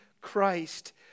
Christ